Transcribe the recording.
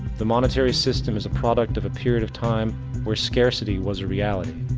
the monetary system is a product of a period of time where scarcity was a reality.